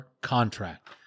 contract